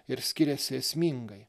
ir skiriasi esmingai